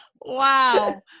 wow